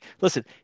listen